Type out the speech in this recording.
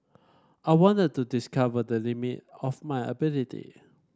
I wanted to discover the limit of my ability